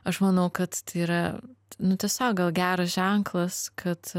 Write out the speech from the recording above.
aš manau kad tai yra nu tiesiog gal geras ženklas kad